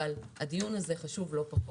אבל הדיון הזה חשוב לא פחות.